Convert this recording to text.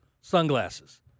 sunglasses